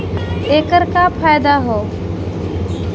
ऐकर का फायदा हव?